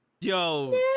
Yo